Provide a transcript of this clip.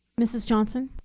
mrs. johnson.